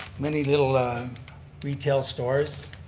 many little um retail stores.